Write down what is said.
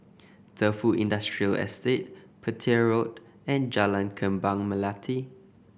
Defu Industrial Estate Petir Road and Jalan Kembang Melati